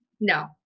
No